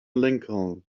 lincoln